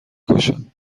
کشم